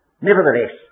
Nevertheless